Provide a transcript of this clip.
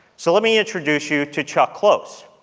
so let me introduce you to chuck close.